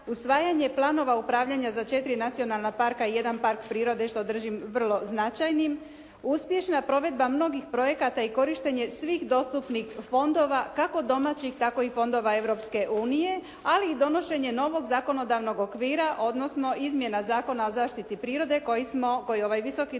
usvajanje planova upravljanja za četiri nacionalna parka i jedan park prirode što držim vrlo značajnim, uspješna provedba mnogih projekata i korištenje svih dostupnih fondova, kako domaćih, tako i fondova Europske unije, ali i donošenje novog zakonodavnog okvira, odnosno Izmjena zakona o zaštiti prirode koji smo, koji